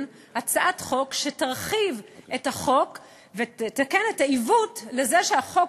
הצעת חוק שתרחיב את החוק ותתקן את העיוות כך שהחוק